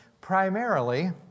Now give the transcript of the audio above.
primarily